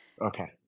Okay